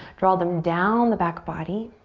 draw them down the back body.